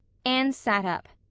anne sat up.